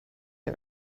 are